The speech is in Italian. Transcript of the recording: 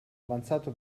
avanzato